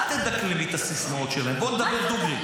אל תדקלמי את הסיסמאות שלהם, בואי נדבר דוגרי.